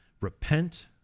Repent